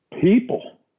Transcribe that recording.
people